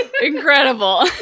Incredible